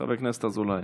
חבר הכנסת אזולאי.